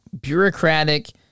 bureaucratic